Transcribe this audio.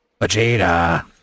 Vegeta